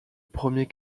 premier